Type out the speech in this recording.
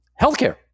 Healthcare